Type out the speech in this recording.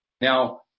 Now